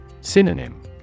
Synonym